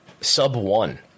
sub-one